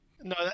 No